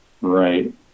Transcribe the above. right